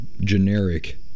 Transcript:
generic